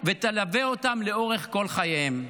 ותלווה אותם לאורך כל חייהם.